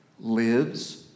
lives